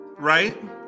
Right